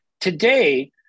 Today